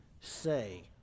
say